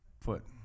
foot